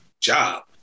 job